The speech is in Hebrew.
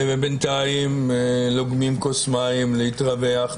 ובינתיים לוגמים כוס מים, להתרווח.